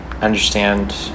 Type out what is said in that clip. understand